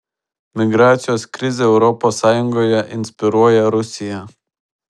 migracijos krizę europos sąjungoje inspiruoja rusija